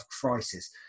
crisis